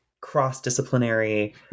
cross-disciplinary